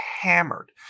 hammered